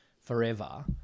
forever